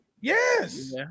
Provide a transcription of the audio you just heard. Yes